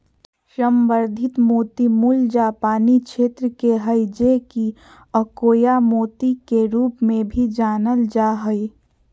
संवर्धित मोती मूल जापानी क्षेत्र के हइ जे कि अकोया मोती के रूप में भी जानल जा हइ